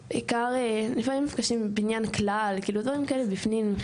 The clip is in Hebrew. לפעמים נפגשים בבניין הכלל, דברים כאלה, בפנים.